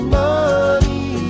money